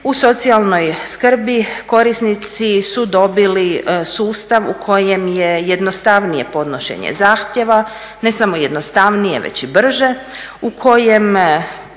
u socijalnoj skrbi korisnici su dobili sustav u kojem je jednostavnije podnošenja zahtjeva, ne samo jednostavnije već i brže, u kojem